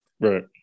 right